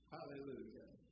Hallelujah